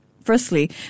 Firstly